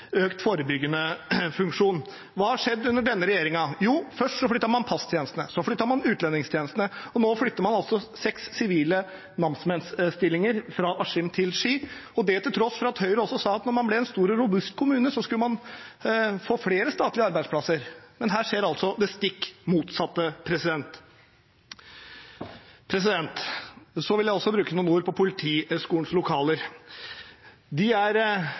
økt forebyggende funksjon. Hva har skjedd under denne regjeringen? Jo, først flyttet man passtjenestene, så flyttet man utlendingstjenestene, og nå flytter man altså seks sivile namsmannsstillinger fra Askim til Ski – og det til tross for at Høyre sa at når man ble en stor og robust kommune, skulle man få flere statlige arbeidsplasser. Her skjer altså det stikk motsatte. Jeg vil også bruke noen ord på Politihøgskolens lokaler. De er